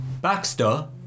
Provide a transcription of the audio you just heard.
Baxter